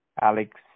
Alex